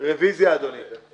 רוויזיה, אדוני.